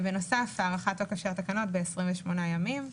בנוסף הארכת תוקף של התקנות ב-28 ימים.